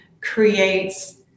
creates